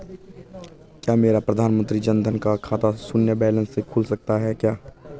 क्या मेरा प्रधानमंत्री जन धन का खाता शून्य बैलेंस से खुल सकता है?